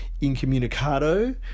incommunicado